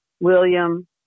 William